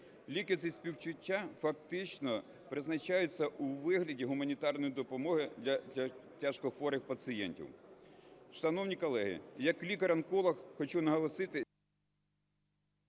Ліки зі співчуття практично призначаються у вигляді гуманітарної допомоги для тяжкохворих пацієнтів. Шановні колеги, як лікар-онколог хочу наголосити…